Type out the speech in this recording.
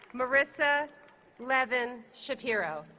marissa levin shapiro